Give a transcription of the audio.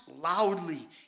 loudly